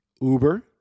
Uber